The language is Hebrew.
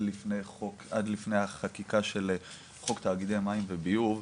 לפני החקיקה של חוק תאגידי מים וביוב,